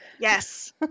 yes